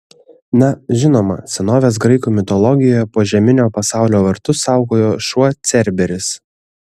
na žinoma senovės graikų mitologijoje požeminio pasaulio vartus saugojo šuo cerberis